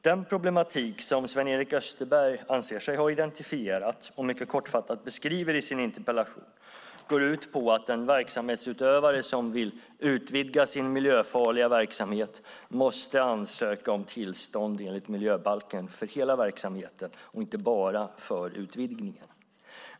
Den problematik som Sven-Erik Österberg anser sig ha identifierat och mycket kortfattat beskriver i sin interpellation går ut på att en verksamhetsutövare som vill utvidga sin miljöfarliga verksamhet måste ansöka om tillstånd enligt miljöbalken för hela verksamheten och inte bara för utvidgningen.